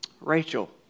Rachel